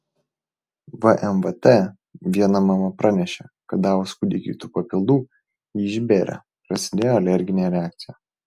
vmvt viena mama pranešė kad davus kūdikiui tų papildų jį išbėrė prasidėjo alerginė reakcija